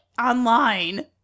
online